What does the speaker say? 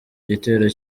gitero